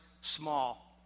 small